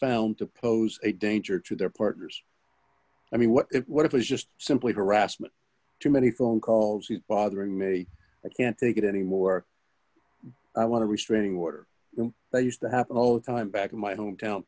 found to pose a danger to their partners i mean what it what it was just simply harassment too many phone calls it bothering me i can't take it anymore i want to restraining order but used to happen all the time back in my home town